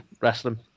wrestling